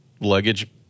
luggage